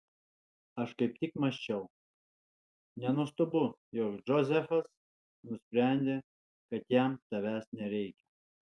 aš kaip tik mąsčiau nenuostabu jog džozefas nusprendė kad jam tavęs nereikia